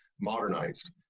modernized